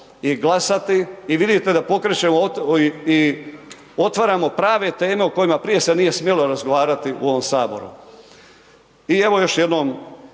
i glasati i vidite da pokrećemo i otvaramo prave teme o kojima prije se nije smjelo razgovarati u ovom Saboru. I evo, još jednom